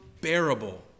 bearable